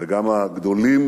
וגם הגדולים